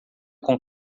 com